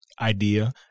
idea